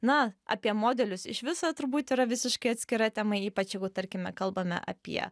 na apie modelius iš viso turbūt yra visiškai atskira tema ypač jeigu tarkime kalbame apie